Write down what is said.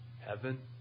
Heaven